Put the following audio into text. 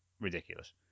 ridiculous